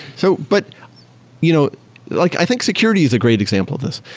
so but you know like i think security is a great example of this.